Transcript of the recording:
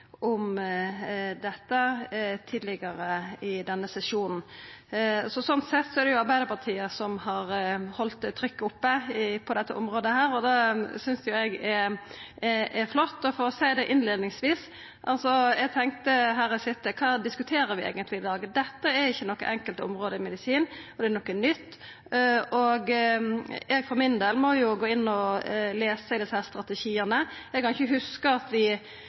om dette tidlegare i denne sesjonen. Sånn sett er det Arbeidarpartiet som har halde trykket oppe på dette området, og det synest eg er flott. For å seia det til innleiing så tenkte eg, her eg sit: Kva diskuterer vi eigentleg i dag? Dette er ikkje noko enkelt område i medisinen, og det er noko nytt. Eg for min del må gå inn og lesa i desse strategiane. Eg kan heller ikkje hugsa at vi